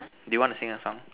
do you want to sing a song